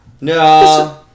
No